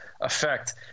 Effect